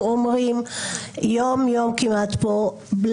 אומרים כאן כמעט יום יום כמו בלמים.